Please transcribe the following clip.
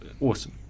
awesome